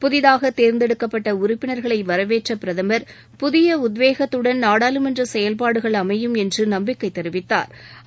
புதிதாகதேர்ந்தெடுக்கப்பட்டஉறுப்பினா்களைவரவேற்றபிரதமா் புதியஉத்வேகத்துடன் நாடாளுமன்றசெயல்பாடுகள் அமையும் என்றுநம்பிக்கைதெரிவித்தாா்